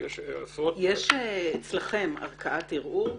יש עשרות --- יש אצלכם ערכאת ערעור?